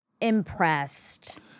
impressed